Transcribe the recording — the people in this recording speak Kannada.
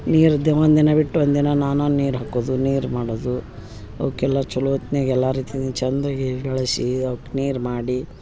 ನೀರದ್ದೇ ಒಂದಿನ ಬಿಟ್ಟು ಒಂದಿನ ನಾನೇ ನೀರು ಹಾಕೋದು ನೀರು ಮಾಡೋದು ಅವಕ್ಕೆಲ್ಲ ಛಲೋತ್ನ್ಯಾಗ ಎಲ್ಲ ರೀತಿದು ಚಂದಾಗಿ ಬಳಸಿ ಅವ್ಕೆ ನೀರು ಮಾಡಿ